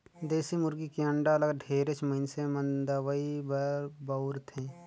देसी मुरगी के अंडा ल ढेरेच मइनसे मन दवई बर बउरथे